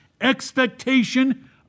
expectation